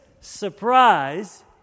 surprise